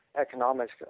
economics